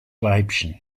weibchen